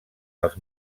els